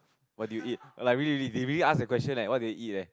what do you eat like really really they really ask the question leh what do you eat eh